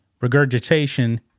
regurgitation